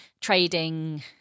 Trading